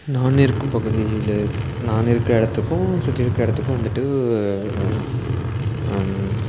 நான் இருக்கும் பகுதியில் நான் இருக்கற இடத்துக்கும் சுற்றி இருக்கற இடத்துக்கும் வந்துட்டு